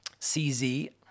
CZ